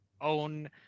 own